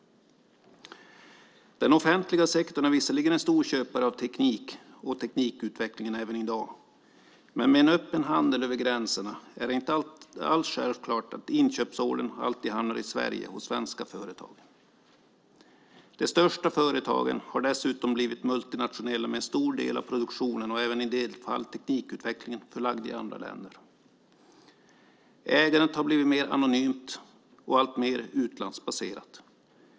Den offentliga sektorn är visserligen en stor köpare av teknik och teknikutveckling även i dag. Men med en öppen handel över gränserna är det inte alls självklart att inköpsordern alltid hamnar i Sverige hos svenska företag. De största företagen har dessutom blivit multinationella, med en stor del av produktionen och i en del fall även teknikutvecklingen förlagd till andra länder. Ägandet har blivit mer anonymt och alltmer utlandsbaserat.